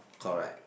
correct